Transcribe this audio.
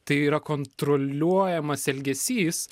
tai yra kontroliuojamas elgesys